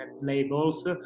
labels